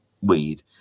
weed